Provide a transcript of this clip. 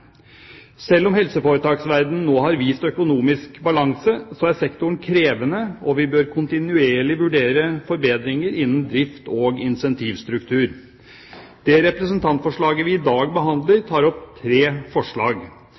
Selv om helseforetaksverdenen nå har vist økonomisk balanse, er sektoren krevende, og vi bør kontinuerlig vurdere forbedringer innen drift og incentivstruktur. Det representantforslaget vi i dag behandler, tar opp tre forslag.